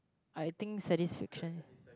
I think satisfaction